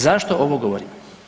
Zašto ovo govorim?